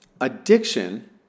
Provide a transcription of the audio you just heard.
addiction